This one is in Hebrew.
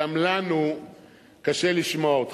גם לנו קשה לשמוע אותך.